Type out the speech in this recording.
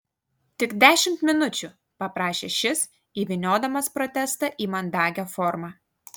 tik dešimt minučių paprašė šis įvyniodamas protestą į mandagią formą